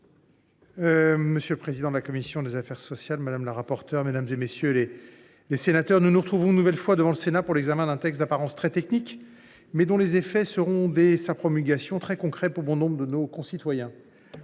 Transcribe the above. monsieur le président de la commission des affaires sociales, madame la rapporteure, mesdames, messieurs les sénateurs, nous nous retrouvons une nouvelle fois devant le Sénat pour l’examen d’un texte d’apparence très technique, mais dont les effets seront, dès sa promulgation, très concrets pour bon nombre de nos concitoyens.